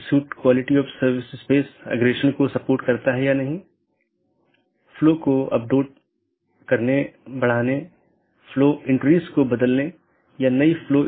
तो एक है optional transitive वैकल्पिक सकर्मक जिसका मतलब है यह वैकल्पिक है लेकिन यह पहचान नहीं सकता है लेकिन यह संचारित कर सकता है